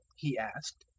he asked,